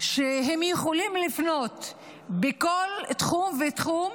שהם יכולים לפנות בכל תחום ותחום,